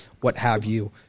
what-have-you